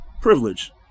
Privilege